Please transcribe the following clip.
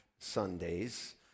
Sundays